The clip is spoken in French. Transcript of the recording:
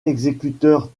exécuteurs